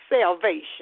salvation